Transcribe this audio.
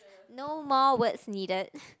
no more words needed